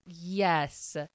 yes